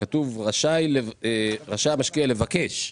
כתוב רשאי המשקיע לבקש.